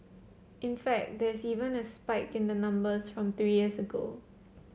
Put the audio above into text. in fact there's even a spike in the numbers from three years ago